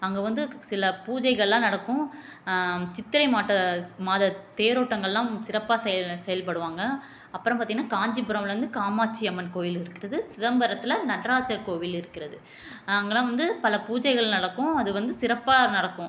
அங்கே வந்து சில பூஜைகள்லாம் நடக்கும் சித்திரை மாட மாத தேரோட்டங்கலாம் சிறப்பாக செ செயல்படுவாங்க அப்புறம் பார்த்திங்கனா காஞ்சிபுரம்லருந்து காமாட்சி அம்மன் கோயில் இருக்குது சிதம்பரத்தில் நடராஜர் கோவில் இருக்கிறது அங்கேலாம் வந்து பல பூஜைகள் நடக்கும் அது வந்து சிறப்பாக நடக்கும்